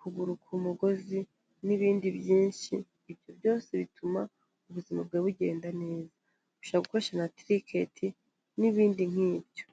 gusimbuka umugozi n'ibindi byinshi. ibyo byose bituma ubuzima bwawe bugenda neza. Ushobora gukoresha na tricket n'ibindi nk'ibyo.